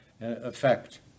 effect